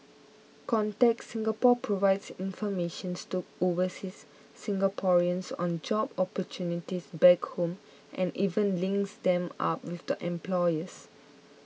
contact Singapore provides informations to overseas Singaporeans on job opportunities back home and even links them up with employers